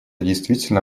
действительно